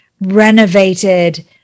renovated